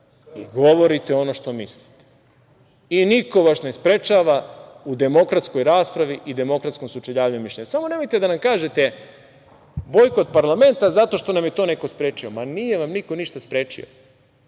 i govorite ono što mislite, i niko vas ne sprečava u demokratskoj raspravi i demokratskom sučeljavanju mišljenja. Samo nemojte da nam kažete bojkot parlamenta zato što nam je to neko sprečio. Ma, nije vam niko ništa sprečio,